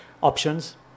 options